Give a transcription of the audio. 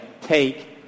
take